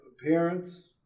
appearance